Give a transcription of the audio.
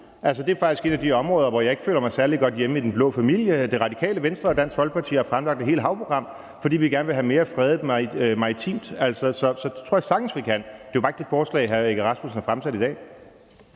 det er faktisk et af de områder, hvor jeg ikke føler mig særlig godt hjemme i den blå familie. Radikale Venstre og Dansk Folkeparti har fremlagt et helt havprogram, fordi vi gerne vil have mere fredet maritimt. Så det tror jeg sagtens vi kan. Det er jo bare ikke det forslag, hr. Søren Egge Rasmussen har fremsat i dag.